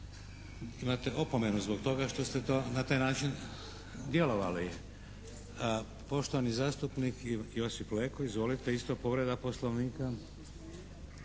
Imate opomenu zbog toga što ste to na taj način djelovali. Poštovani zastupnik Josip Leko. Izvolite. Isto povreda Poslovnika.